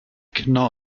kinder